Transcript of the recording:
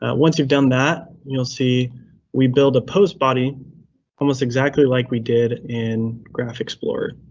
ah once you've done that, you'll see we build a postbody almost exactly like we did in graph explorer.